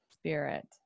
spirit